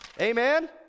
Amen